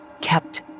kept